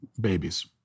babies